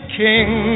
king